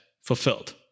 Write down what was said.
fulfilled